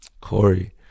Corey